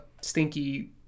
stinky